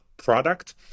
product